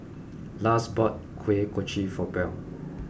Lars bought Kuih Kochi for Buell